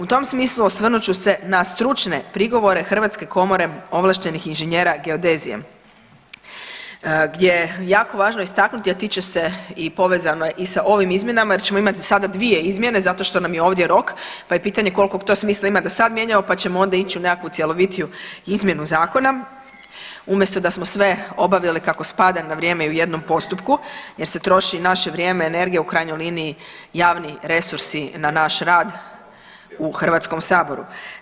U tom smislu osvrnut ću se na stručne prigovore Hrvatske komore ovlaštenih inženjera geodezije, gdje je jako važno istaknuti, a tiče se i povezano je i sa ovim izmjenama, jer ćemo imati sada dvije izmjene zato što nam je ovdje rok, pa je pitanje koliko to smisla ima da sad mijenjamo, pa ćemo onda ići u nekakvu cjelovitiju izmjenu zakona, umjesto da smo sve obavili kako spada na vrijeme i u jednom postupku jer se troši i naše vrijeme i energija u krajnjoj linija javni resursi na naš rad u Hrvatskom saboru.